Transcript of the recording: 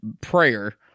prayer